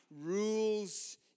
rules